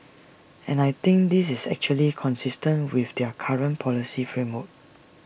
and I think this is actually consistent with their current policy framework